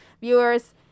viewers